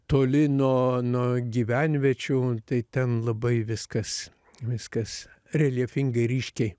toli nuo nuo gyvenviečių tai ten labai viskas viskas reljefingai ryškiai